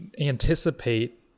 anticipate